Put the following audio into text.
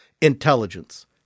Intelligence